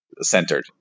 centered